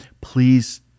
Please